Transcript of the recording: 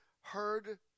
heard